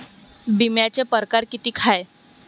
बिम्याचे परकार कितीक हाय?